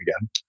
again